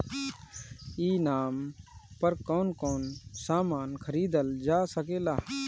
ई नाम पर कौन कौन समान खरीदल जा सकेला?